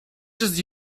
just